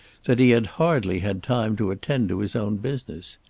that he had hardly had time to attend to his own business.